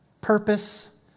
purpose